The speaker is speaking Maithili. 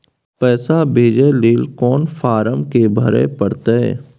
पैसा भेजय लेल कोन फारम के भरय परतै?